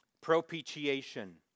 Propitiation